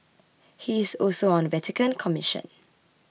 he is also on a Vatican commission